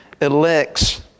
elects